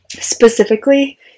Specifically